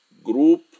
group